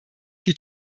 die